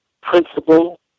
principle